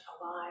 alive